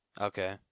Okay